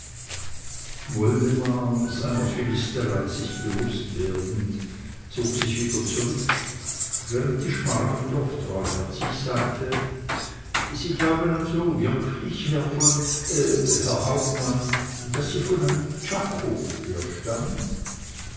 seiner philisterei sich bewußt werdend zog sich wieder zurück während die schmargendorf treuherzig sagte sie glauben also wirklich herr von herr hauptmann daß sie von einem czako herstammen